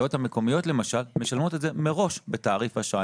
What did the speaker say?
הרשויות המקומיות למשל משלמות את זה מראש בתעריף השעה.